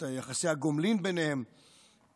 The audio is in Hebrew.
את יחסי הגומלין ביניהן,